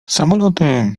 samoloty